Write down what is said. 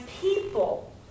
people